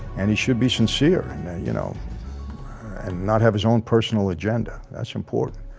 and he should be sincere you know and not have his own personal agenda that's important,